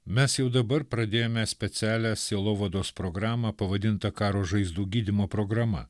mes jau dabar pradėjome specialią sielovados programą pavadintą karo žaizdų gydymo programa